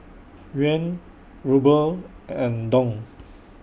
Yuan Ruble and Dong